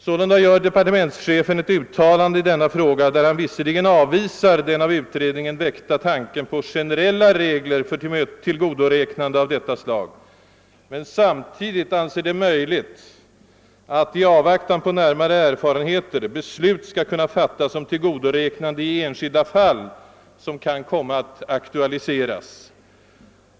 Sålunda gör departementschefen ett uttalande i denna fråga, varvid han visserligen avvisar den av utredningen väckta tanken på generella regler för tillgodoräknande av detta slag men samtidigt anser det möjligt att — i avvaktan på närmare erfarenheter — fatia beslut om tillgodoräknande i enskilda fall som kan komma att aktualiseras.